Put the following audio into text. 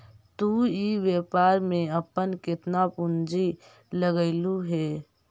तु इ व्यापार में अपन केतना पूंजी लगएलहुं हे?